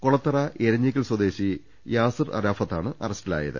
കൊളത്തറ എരഞ്ഞിക്കൽ സ്വദേശി യാസിർ അറാ ഫത്താണ് അറസ്റ്റിലായത്